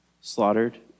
slaughtered